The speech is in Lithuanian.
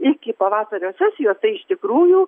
iki pavasario sesijos tai iš tikrųjų